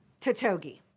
Tatogi